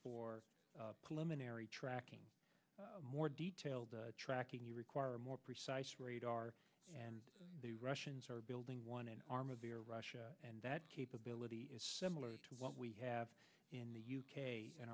for tracking more detailed tracking you require more precise radar and the russians are building one an arm of the russia and that capability is similar to what we have in the u k and